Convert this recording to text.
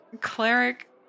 Cleric